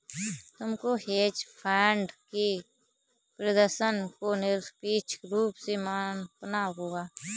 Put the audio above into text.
तुमको hedge fund के प्रदर्शन को निरपेक्ष रूप से मापना होगा